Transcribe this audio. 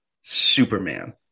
Superman